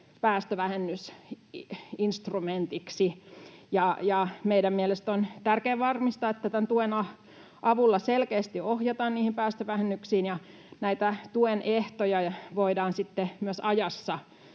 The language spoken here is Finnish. päästövähennysinstrumentiksi, ja meidän mielestämme on tärkeää varmistaa, että tämän tuen avulla selkeästi ohjataan niihin päästövähennyksiin ja näitä tuen ehtoja voidaan sitten myös ajassa